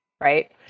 right